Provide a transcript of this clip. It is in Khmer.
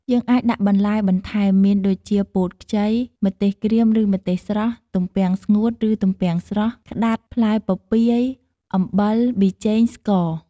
យើងអាចដាក់បន្លែ បន្ថែម មានដូចជាពោតខ្ចី ម្ទេសក្រៀមឬម្ទេសស្រស់ ទំពាំងស្ងួតរឺទំពាំងស្រស់ ក្តាត ផ្លែពពាយ អំបិល ប៊ីចេងស្ករ។